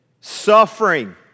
suffering